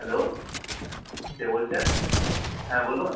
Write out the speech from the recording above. hello কে বলছেন হ্যাঁ বলুন